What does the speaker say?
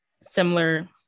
similar